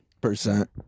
Percent